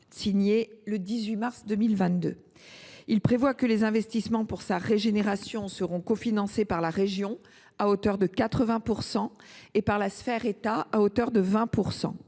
signé le 18 mars 2022. Ce dernier prévoit que les investissements de régénération seront cofinancés par la région, à hauteur de 80 %, et par la sphère État, à hauteur de 20 %.